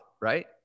right